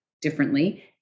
differently